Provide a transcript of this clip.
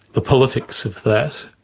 the politics of that,